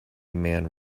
man